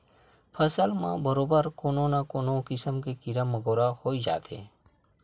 फसल म बरोबर कोनो न कोनो किसम के कीरा मकोरा होई जाथे